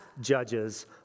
judges